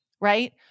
right